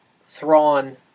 Thrawn